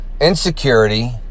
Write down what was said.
insecurity